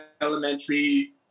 Elementary